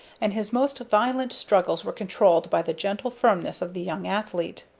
and his most violent struggles were controlled by the gentle firmness of the young athlete.